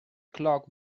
clock